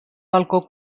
balcó